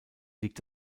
liegt